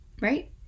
right